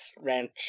ranch